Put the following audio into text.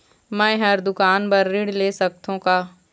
मैं हर दुकान बर ऋण ले सकथों का?